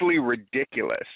ridiculous